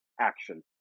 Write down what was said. action